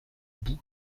boue